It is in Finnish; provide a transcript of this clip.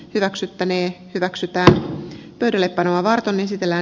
hyväksyttäneen hyväksytään perille panoa varten esitellään